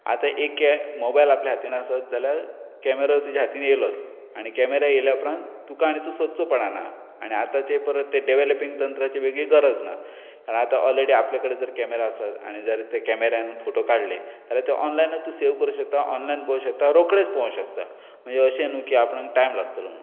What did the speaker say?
आतां एक कॅ मोबायल आपल्या हातीन आसत जाल्यार कॅमेरा तुज्या हातीन येयलोच आनी कॅमेरा येयल्या उपरांत तुका आनी चू सोदचो पडाना आनी आतांचे परत तें डेवलोपींग तंत्राची वेगळी गरज ना आतां ऑलरेडी आपले कडेन जर कॅमेरा आसत आनी जर त्या कॅमेरान फोटो काडले जाल्यार ते ऑनलायन तूं सेव करूंक शकता ऑनलायन पळोवंक शकता रोखडेंच पोवंक शकता म्हणजे अशें न्हू की आपणांक टायम लागतलो म्हूण